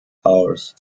hours